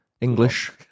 English